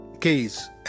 case